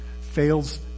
Fails